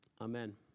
Amen